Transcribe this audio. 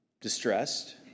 Distressed